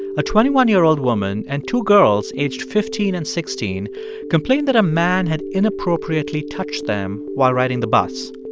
a twenty one year old woman and two girls aged fifteen and sixteen complained that a man had inappropriately touched them while riding the bus.